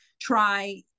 try